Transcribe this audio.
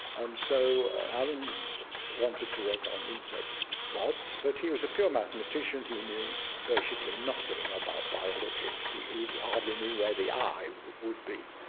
and so alan wanted to work on insect rods, but he was a pure mathematician, he knew basically nothing about biology. he hardly knew where the eye would be.